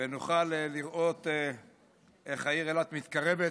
ונוכל לראות איך העיר אילת מתקרבת